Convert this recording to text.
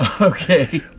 Okay